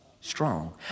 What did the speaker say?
strong